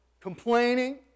complaining